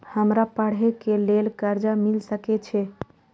हमरा पढ़े के लेल कर्जा मिल सके छे?